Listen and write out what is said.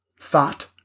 Thought